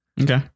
Okay